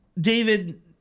David